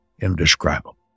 indescribable